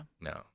No